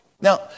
Now